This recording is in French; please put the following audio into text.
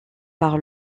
par